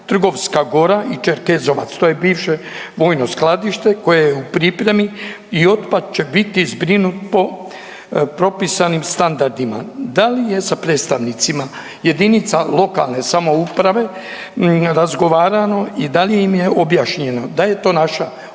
Trgovska gora i Čerkezovac, to je bivše vojno skladište koje je u pripremi i otpad će biti zbrinut po propisanim standardima. Da li je sa predstavnicima jedinica lokalne samouprave razgovarano i da li im je objašnjeno da je to naša obveza